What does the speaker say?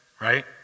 right